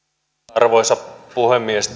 arvoisa puhemies